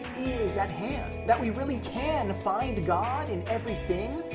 is at hand. that we really can find god in everything,